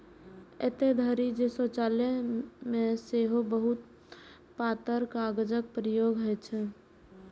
एतय धरि जे शौचालय मे सेहो बहुत पातर कागतक अनुप्रयोग होइ छै